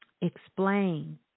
explain